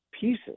pieces